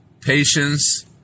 patience